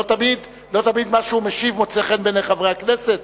לא תמיד מה שהוא משיב מוצא חן בעיני חברי הכנסת,